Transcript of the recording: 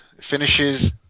finishes